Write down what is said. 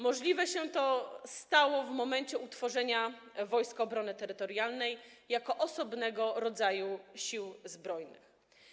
Możliwe stało się to w momencie utworzenia Wojsk Obrony Terytorialnej jako osobnego rodzaju Sił Zbrojnych.